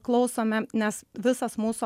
klausome nes visas mūsų